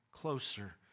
closer